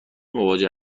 مواجه